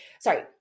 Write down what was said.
sorry